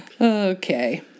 Okay